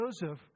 Joseph